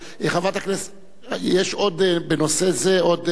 יש בנושא זה עוד,